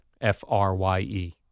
F-R-Y-E